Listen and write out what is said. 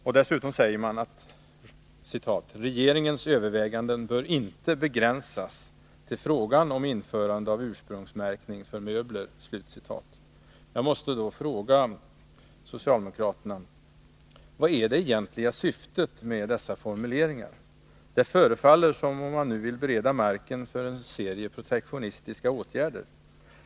Vidare anför utskottet: ”Regeringens överväganden bör inte begränsas till frågan om införande av ursprungsmärkning för möbler.” Jag måste då fråga socialdemokraterna: Vad är det egentliga syftet med dessa formuleringar? Det förefaller som om man nu vill bereda marken för en serie protektionis 181 tiska åtgärder.